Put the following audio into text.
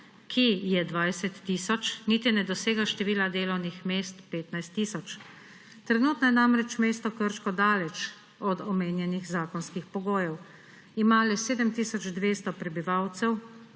ki je 20 tisoč, niti ne dosega števila delovnih mest 15 tisoč. Trenutno je namreč mesto Krško daleč od omenjenih zakonskih pogojev. Ima le 7 tisoč 200 prebivalcev,